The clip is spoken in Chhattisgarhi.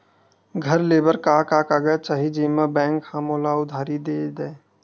घर ले बर का का कागज चाही जेम मा बैंक हा मोला उधारी दे दय?